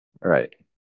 Right